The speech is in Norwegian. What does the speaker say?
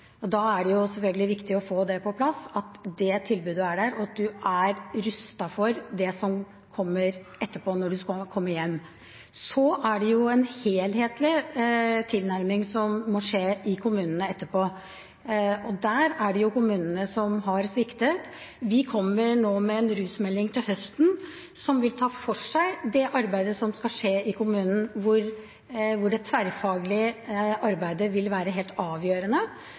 Da er det selvfølgelig viktig å få på plass at det tilbudet er der, og at en er rustet for det som kommer etterpå, når en kommer hjem. Så er det en helhetlig tilnærming som må skje i kommunene etterpå, og der er det kommunene som har sviktet. Vi kommer med en rusmelding nå til høsten som vil ta for seg det arbeidet som skal skje i kommunene, hvor det tverrfaglige arbeidet vil være helt avgjørende,